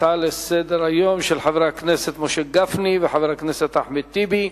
הצעות לסדר-היום של חברי הכנסת משה גפני וחבר הכנסת אחמד טיבי,